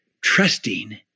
trusting